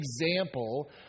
example